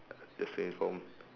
just to inform